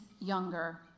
younger